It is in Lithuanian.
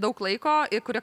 daug laiko ir kurio